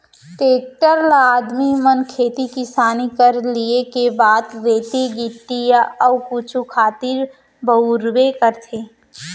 tractor ल आदमी मन खेती किसानी कर लिये के बाद रेती गिट्टी या अउ कुछु खातिर बउरबे करथे